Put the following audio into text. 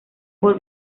por